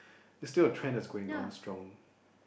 is still a trend that's going on strong